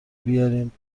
بیارین